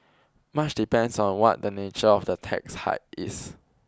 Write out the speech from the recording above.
much depends on what the nature of the tax hike is